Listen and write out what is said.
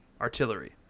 artillery